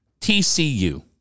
TCU